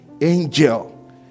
angel